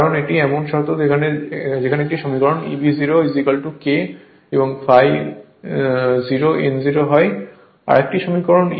কারণ এটি এমন শর্ত যেখান থেকে একটি সমীকরণ Eb 0 K ∅ 0 n 0 হয়